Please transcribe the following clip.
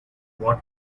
what